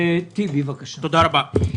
תודה רבה.